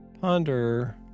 Ponder